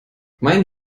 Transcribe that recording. mein